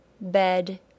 bed